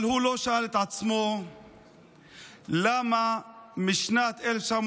אבל הוא לא שאל את עצמו למה משנת 1948